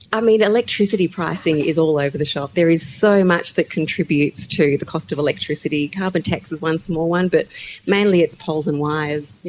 i mean, electricity pricing is all over the shop. there is so much that contributes to the cost of electricity. carbon tax is one small one, but mainly it's poles and wires,